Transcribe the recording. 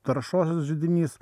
taršos židinys